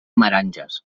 meranges